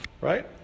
Right